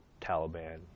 Taliban